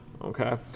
okay